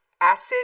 acid